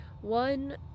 one